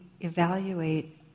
evaluate